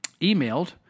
emailed